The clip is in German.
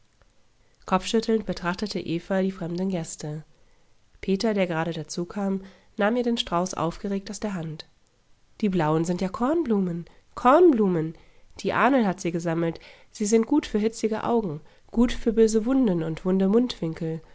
kopfschüttelnd betrachtete eva die fremden gäste peter der gerade dazukam nahm ihr den strauß aufgeregt aus der hand die blauen sind ja kornblumen kornblumen die ahnl hat sie gesammelt sie sind gut für hitzige augen gut für böse wunden und wunde mundwinkel